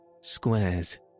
squares